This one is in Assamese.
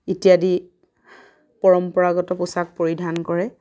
ইত্যাদি পৰম্পৰাগত পোচাক পৰিধান কৰে